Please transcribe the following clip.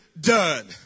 done